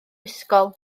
ysgol